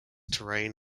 terrain